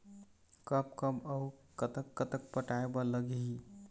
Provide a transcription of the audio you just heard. कब कब अऊ कतक कतक पटाए बर लगही